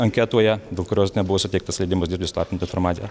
anketoje dėl kurios nebuvo suteiktas leidimas dirbti su įslaptinta informacija